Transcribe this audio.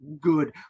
good